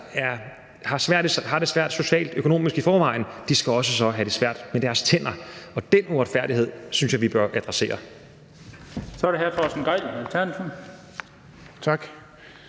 har det svært socialt og økonomisk i forvejen, så også skal have det svært med deres tænder. Og den uretfærdighed synes jeg vi bør adressere. Kl. 18:07 Den fg. formand